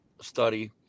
study